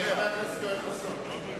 חבר הכנסת יואל חסון.